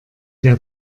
der